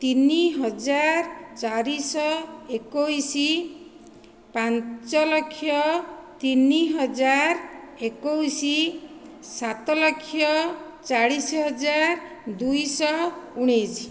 ତିନିହଜାର ଚାରିଶହ ଏକୋଇଶ ପାଞ୍ଚଲକ୍ଷ ତିନିହଜାର ଏକୋଇଶ ସାତଲକ୍ଷ ଚାଳିଶ ହଜାର ଦୁଇଶହ ଉଣେଇଶ